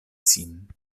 sin